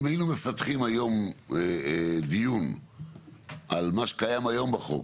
אם היינו מפתחים היום דיון על מה שקיים היום בחוק,